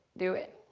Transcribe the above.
do it.